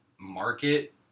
market